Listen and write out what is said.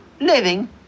Living